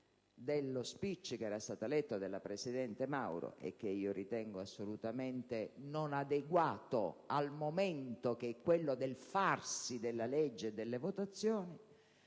dello *speech* letto dalla presidente Mauro e che io ritengo assolutamente non adeguato al momento del farsi della legge e delle votazioni,